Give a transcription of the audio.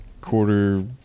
quarter